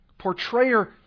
portrayer